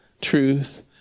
truth